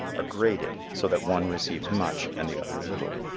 are graded, so that one receives much and the other little.